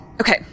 okay